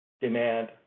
demand